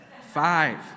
Five